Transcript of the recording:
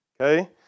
Okay